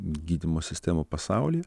gydymo sistemų pasaulyje